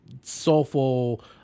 Soulful